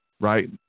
right